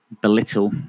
belittle